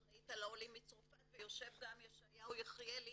אחראית על העולים מצרפת ויושב גם ישעיהו יחיאלי